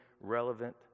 relevant